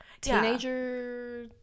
teenager